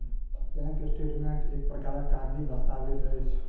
bank statement एक प्रकारक कागजी दस्तावेज अछि